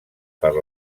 per